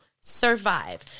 survive